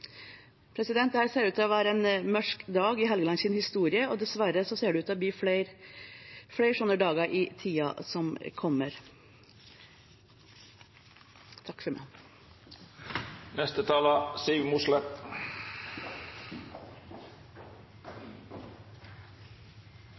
ser ut til å være en mørk dag i Helgelands historie, og dessverre ser det ut til å bli flere sånne dager i tiden som kommer.